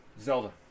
Zelda